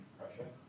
pressure